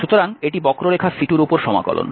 সুতরাং এটি বক্ররেখা C2এর উপর সমাকলন